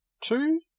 two